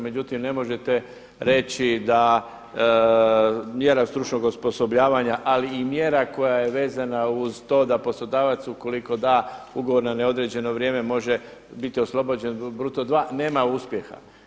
Međutim ne možete reći da mjera stručnog osposobljavanja ali i mjera koja je vezana uz to da poslodavac ukoliko da ugovor na neodređeno vrijeme može biti oslobođen bruto 2, nema uspjeha.